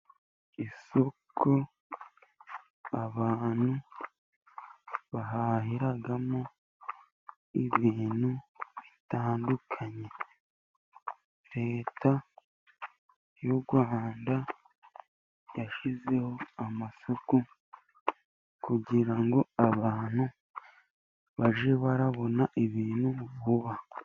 Isoko abantu bahahiramo ibintu bitandukanye. Leta y'u Rwanda yashyizeho amasoko kugira ngo abantu bajye barabona ibintu vuba.